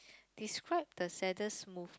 describe the saddest move~